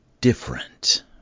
different